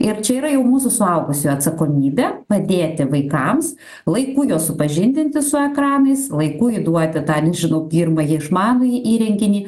ir čia yra jau mūsų suaugusių atsakomybė padėti vaikams laiku juos supažindinti su ekranais laiku įduoti tą nežinau pirmąjį išmanųjį įrenginį